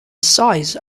size